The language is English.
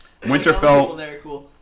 Winterfell